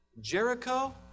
Jericho